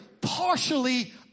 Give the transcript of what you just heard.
partially